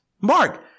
Mark